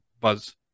buzz